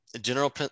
general